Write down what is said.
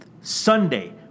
Sunday